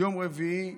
ביום רביעי,